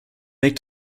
make